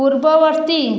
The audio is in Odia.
ପୂର୍ବବର୍ତ୍ତୀ